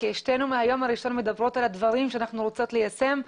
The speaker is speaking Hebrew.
כי מהיום הראשון שתינו מדברות על הדברים שאנחנו רוצות ליישם,